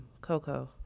Coco